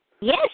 Yes